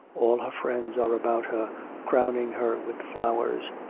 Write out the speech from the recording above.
all her friends are about her crowning her with flowers,